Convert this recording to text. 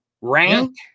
rank